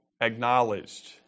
acknowledged